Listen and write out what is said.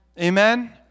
Amen